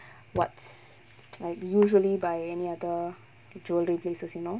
what's like usually by any other jewellery places you know